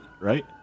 right